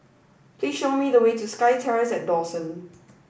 please show me the way to SkyTerrace at Dawson